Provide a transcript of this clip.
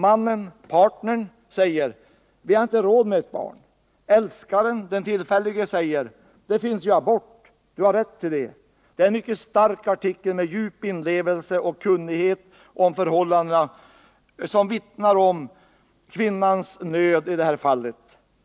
Mannen/partnern säger: Vi har inte råd med ett barn. Den tillfällige älskaren säger: Det finns ju abort och du har rätt till det. Det är en mycket stark artikel, som vittnar om djup inlevelse och kunnighet om förhållandena och om kvinnans nöd i detta fall.